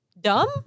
dumb